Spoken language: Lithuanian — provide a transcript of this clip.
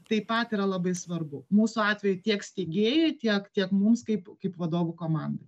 taip pat yra labai svarbu mūsų atveju tiek steigėjai tiek tiek mums kaip kaip vadovų komandai